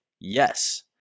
Yes